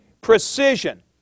precision